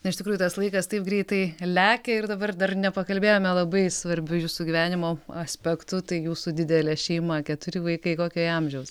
na iš tikrųjų tas laikas taip greitai lekia ir dabar dar nepakalbėjome labai svarbiu jūsų gyvenimo aspektu tai jūsų didelė šeima keturi vaikai kokio jie amžiaus